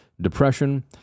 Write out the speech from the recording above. depression